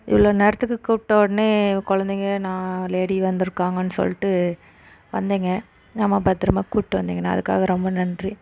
இவ்வளோ நேரத்துக்கு கூப்பிட உடனே குழந்தைங்க நான் லேடி வந்திருக்காங்கன்னு சொல்லிடு வந்திங்க ஆமாம் பத்தரமாக கூட்டுடு வந்திங்கனால் அதுக்காக ரொம்ப நன்றி